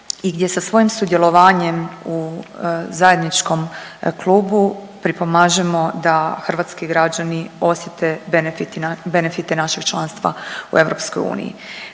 i gdje sa svojim sudjelovanjem u zajedničkom klubu pripomažemo da hrvatski građani osjete benefite našeg članstva u EU.